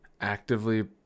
actively